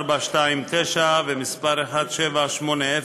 3429 ומס' 1780,